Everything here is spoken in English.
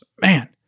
man